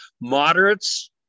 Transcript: moderates